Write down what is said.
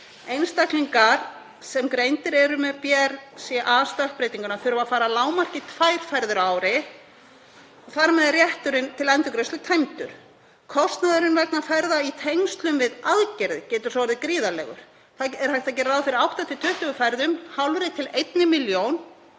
Einstaklingar sem greindir eru með BRCA-stökkbreytingar þurfa að fara að lágmarki tvær ferðir á ári og þar með er rétturinn til endurgreiðslu tæmdur. Kostnaðurinn vegna ferða í tengslum við aðgerðir getur svo orðið gríðarlegur. Það er hægt að gera ráð fyrir átta til tuttugu ferðum, hálfri til einni milljón